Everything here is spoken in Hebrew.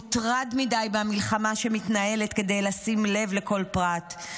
מוטרד מדי מהמלחמה שמתנהלת כדי לשים לב לכל פרט,